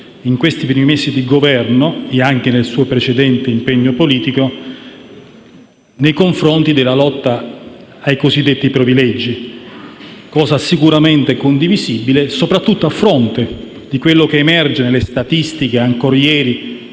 in questi primi mesi di Governo - e anche nel suo precedente impegno politico - nei confronti della lotta ai cosiddetti privilegi, cosa sicuramente condivisibile, specialmente a fronte di quanto emerge dalle statistiche - com'è